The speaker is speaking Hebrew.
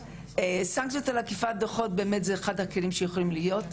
סנקציות על עקיפת דוחות זה אחד הכלים שיכולים להיות.